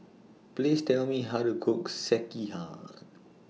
Please Tell Me How to Cook Sekihan